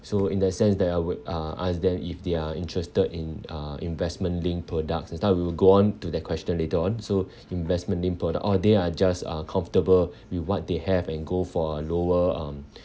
so in that sense that I would uh ask them if they are interested in uh investment-linked products this time we will go on to that question later on so investment-linked products or they are just uh comfortable with what they have and go for a lower um